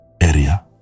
area